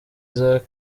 isaac